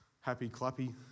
happy-clappy